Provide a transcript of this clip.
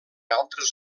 altres